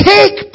Take